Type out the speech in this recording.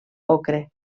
ocre